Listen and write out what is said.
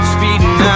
Speeding